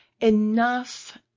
enough